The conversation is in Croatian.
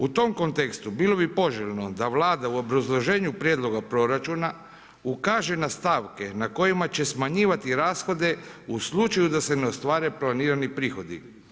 U tom kontekstu bilo bi poželjno da Vlada u obrazloženju prijedloga proračuna ukaže na stavke na kojima će smanjivati rashode u slučaju da se ne ostvare planirani prohodi.